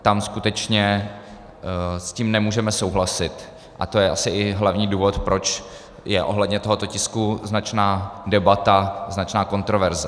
S tím skutečně nemůžeme souhlasit a to je asi i hlavní důvod, proč je ohledně toho tisku značná debata, značná kontroverze.